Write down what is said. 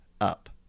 up